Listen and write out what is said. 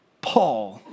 Paul